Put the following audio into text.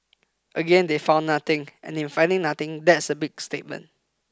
again they found nothing and in finding nothing that's a big statement